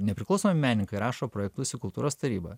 nepriklausomi menininkai rašo projektus kultūros taryba